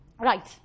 Right